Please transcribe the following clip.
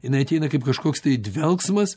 jinai ateina kaip kažkoks tai dvelksmas